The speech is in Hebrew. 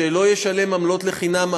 שלא ישלם עמלות לחינם,